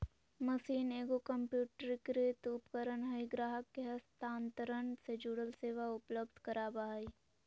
machine एगो कंप्यूटरीकृत उपकरण हइ ग्राहक के हस्तांतरण से जुड़ल सेवा उपलब्ध कराबा हइ